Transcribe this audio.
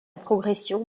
progression